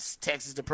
Texas